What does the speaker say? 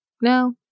No